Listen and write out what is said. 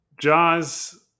jaws